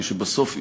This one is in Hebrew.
הרי שבסוף,